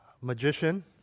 magician